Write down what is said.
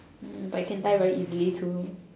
but you can die very easily too